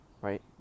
right